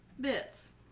bits